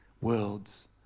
worlds